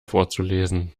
vorzulesen